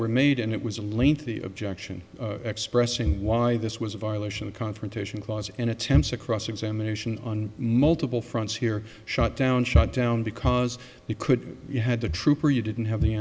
were made and it was a lengthy objection expressing why this was a violation of confrontation clause in attempts to cross examination on multiple fronts here shut down shut down because you could you had the trooper you didn't have